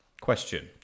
Question